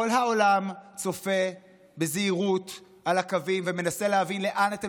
כל העולם צופה בזהירות על הקווים ומנסה להבין לאן אתם